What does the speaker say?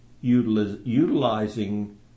utilizing